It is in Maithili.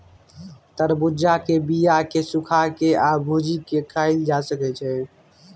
तरबुज्जा के बीया केँ सुखा के आ भुजि केँ खाएल जा सकै छै